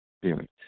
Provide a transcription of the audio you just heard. spirit